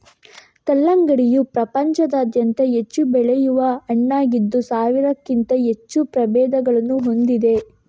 ಕಲ್ಲಂಗಡಿಯು ಪ್ರಪಂಚಾದ್ಯಂತ ಹೆಚ್ಚು ಬೆಳೆಸುವ ಹಣ್ಣಾಗಿದ್ದು ಸಾವಿರಕ್ಕಿಂತ ಹೆಚ್ಚು ಪ್ರಭೇದಗಳನ್ನು ಹೊಂದಿದೆ